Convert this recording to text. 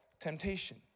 temptation